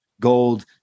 gold